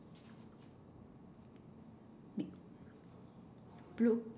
blue